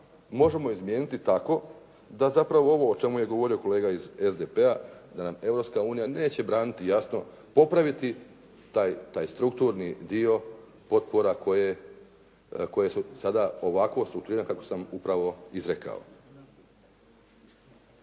možemo izmijeniti tako da zapravo ovo o čemu je govorio kolega iz SDP-a da nam Europska unija neće braniti jasno popraviti taj strukturni dio potpora koje su sada ovako strukturirane kako sam upravo izrekao.